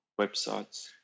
websites